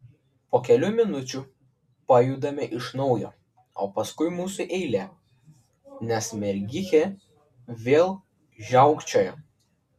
po kelių minučių pajudame iš naujo o paskui mūsų eilė nes mergikė vėl žiaukčioja